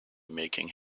making